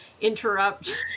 interrupt